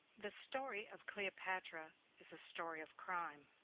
the story of cleopatra is a story of crime.